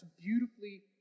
beautifully